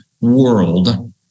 world